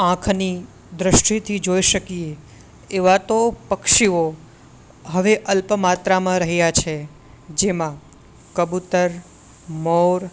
આંખની દૃષ્ટિથી જોઈ શકીએ એવા તો પક્ષીઓ હવે અલ્પ માત્રામાં રહ્યા છે જેમાં કબૂતર મોર